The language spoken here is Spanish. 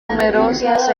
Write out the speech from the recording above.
numerosas